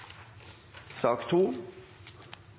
sak